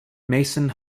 mason